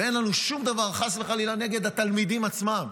אין לנו שום דבר, חס וחלילה, נגד התלמידים עצמם.